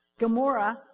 Gamora